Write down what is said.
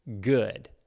good